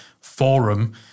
forum